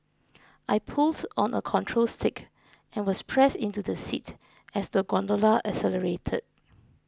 I pulled on a control stick and was pressed into the seat as the gondola accelerated